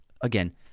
Again